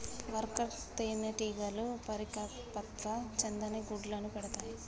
worker తేనెటీగలు పరిపక్వత చెందని గుడ్లను పెడతాయి